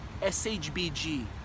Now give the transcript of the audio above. SHBG